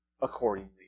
accordingly